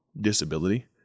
disability